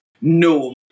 No